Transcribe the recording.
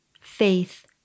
faith